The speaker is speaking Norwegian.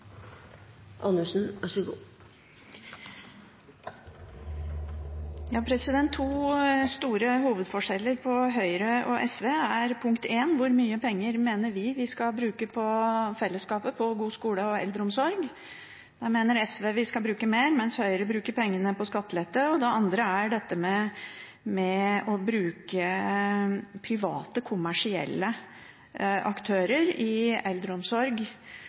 hvor mye penger vi mener at vi skal bruke på fellesskapet, på god skole og eldreomsorg. Her mener SV at vi skal bruke mer, mens Høyre bruker pengene på skattelette. Det andre er å bruke private kommersielle aktører i f.eks. eldreomsorg